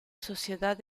sociedad